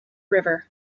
river